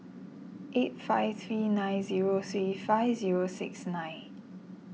eight five three nine zero three five zero six nine